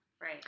Right